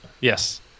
yes